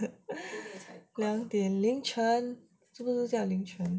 两点凌晨是不是叫凌晨